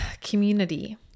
community